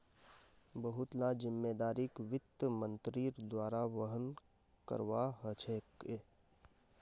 बहुत ला जिम्मेदारिक वित्त मन्त्रीर द्वारा वहन करवा ह छेके